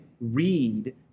read